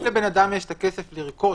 אם לאדם יש הכסף לרכוש,